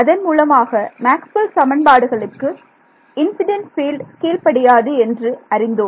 அதன் மூலமாக மேக்ஸ்வெல் சமன்பாடுகளுக்கு இன்சிடென்ட் பீல்டு கீழ்ப்படியாது என்று அறிந்தோம்